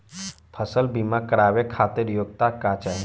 फसल बीमा करावे खातिर योग्यता का चाही?